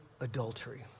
Adultery